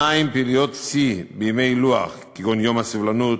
2. פעילויות שיא בימי לוח כגון יום הסובלנות,